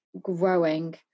growing